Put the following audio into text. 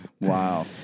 Wow